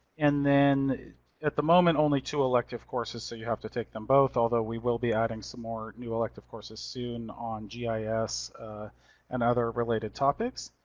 and then at the moment only two elective courses, so you have to take them both, although we will be adding some more new elective courses soon on yeah gis and other related topics.